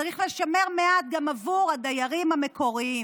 וצריך לשמר מעט גם עבור הדיירים המקוריים.